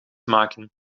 maken